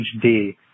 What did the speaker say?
HD